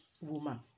woman